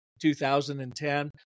2010